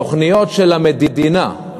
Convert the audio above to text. תוכניות של המדינה,